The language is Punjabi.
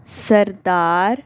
ਸਰਦਾਰ